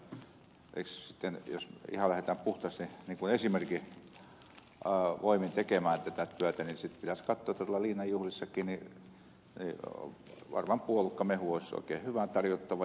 oinonen puhui että jos ihan lähdetään puhtaasti esimerkin voimin tekemään tätä työtä niin sitten pitäisi katsoa että tuolla linnan juhlissakin varmaan puolukkamehu olisi oikein hyvä tarjottava